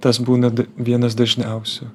tas būna vienas dažniausių